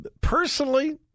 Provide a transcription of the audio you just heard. Personally